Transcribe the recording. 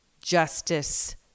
justice